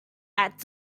that